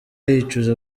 yicuza